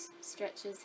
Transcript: stretches